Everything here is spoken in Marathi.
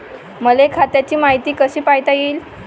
मले खात्याची मायती कशी पायता येईन?